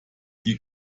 die